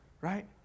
right